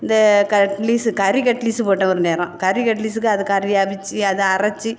இந்த கட்லீஸு கறி கட்லீஸு போட்டேன் ஒரு நேரம் கறி கட்லீஸுக்கு அது கறியை அவித்து அதை அரத்து